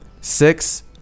Six